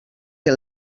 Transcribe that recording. que